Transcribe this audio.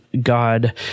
God